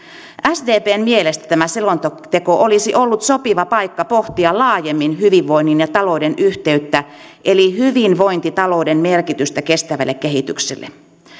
sdpn mielestä tämä selonteko olisi ollut sopiva paikka pohtia laajemmin hyvinvoinnin ja talouden yhteyttä eli hyvinvointitalouden merkitystä kestävälle kehitykselle